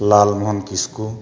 ᱞᱟᱞ Mohan ᱠᱤᱥᱠᱩ